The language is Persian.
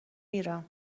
میرم